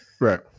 Right